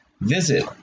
visit